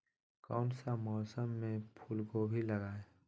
कौन सा मौसम में फूलगोभी लगाए?